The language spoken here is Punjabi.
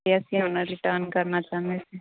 ਅਤੇ ਅਸੀਂ ਉਹਨੂੰ ਰਿਟਰਨ ਕਰਨਾ ਚਾਹੁੰਦੇ ਸੀ